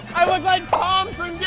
i look like tom